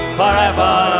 forever